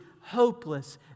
hopeless